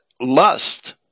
lust